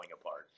apart